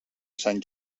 sant